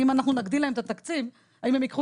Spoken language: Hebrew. אם אנחנו נגדיל להם את התקציב האם הם ייקחו